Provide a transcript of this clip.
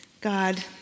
God